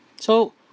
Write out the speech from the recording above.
so